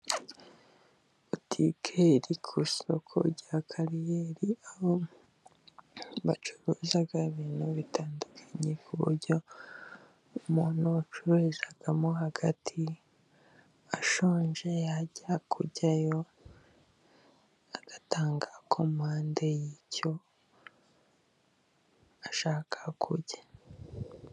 Butike iri ku isoko rya kariyeri ,aho bacuruza ibintu bitandukanye, ku buryo umuntu ucururizamo hagati ashonje yajya kuryayo ,agatanga kommande y'icyo ashaka kurya.